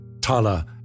Tala